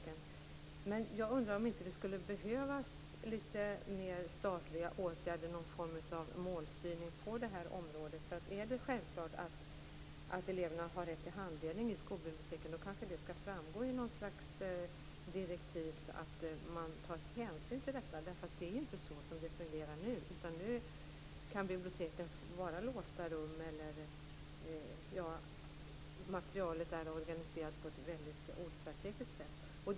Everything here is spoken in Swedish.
Men jag undrar om det inte skulle behövas litet mer statliga åtgärder och någon form av målstyrning på detta område. Är det självklart att eleverna har rätt till handledning i skolbiblioteken kanske detta skall framgå i något slags direktiv, så att man tar hänsyn till detta. Det fungerar nämligen inte så nu. Nu kan biblioteken vara låsta rum, eller så är materialet organiserat på ett ostrategiskt sätt.